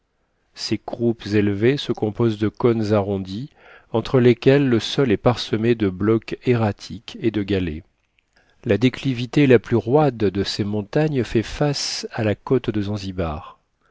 ces croupes élevées se composent de cônes arrondis entre lesquels le sol est parsemé de blocs erratiques et de galets la déclivité la plus roide de ces montagnes fait face à la côte de zanzibar